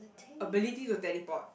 ability will teleport